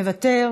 מוותר,